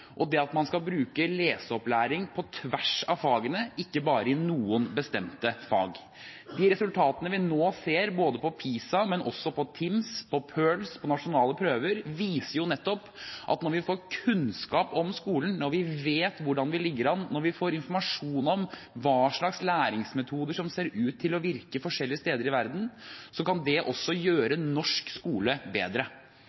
og det at man skal bruke leseopplæring på tvers av fagene, ikke bare i noen bestemte fag. De resultatene vi nå ser, både av PISA, av TIMSS, av PIRLS og av nasjonale prøver, viser nettopp at når vi får kunnskap om skolen, når vi vet hvordan vi ligger an, når vi får informasjon om hvilke læringsmetoder som ser ut til å virke forskjellige steder i verden, kan det også gjøre